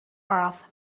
earth